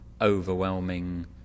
overwhelming